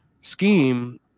scheme